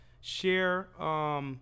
share